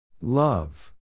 Love